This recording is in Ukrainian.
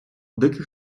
диких